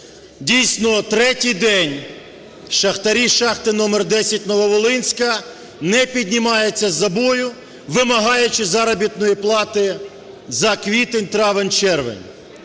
Дійсно, третій день шахтарі з шахти №10 "Нововолинська" не піднімаються з забою, вимагаючи заробітної плати за квітень, травень, червень.